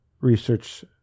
research